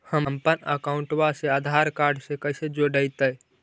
हमपन अकाउँटवा से आधार कार्ड से कइसे जोडैतै?